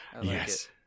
Yes